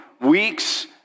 weeks